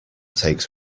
takes